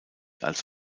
als